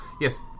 yes